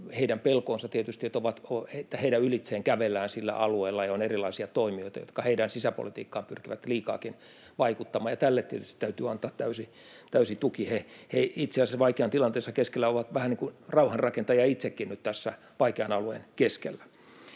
heidän pelkoonsa, että heidän ylitseen kävellään sillä alueella ja on erilaisia toimijoita, jotka heidän sisäpolitiikkaansa pyrkivät liikaakin vaikuttamaan. Tälle tietysti täytyy antaa täysi tuki. He itse asiassa vaikean tilanteensa keskellä ovat vähän niin kuin rauhanrakentajia itsekin nyt tässä vaikean alueen keskellä.